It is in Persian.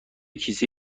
کیسه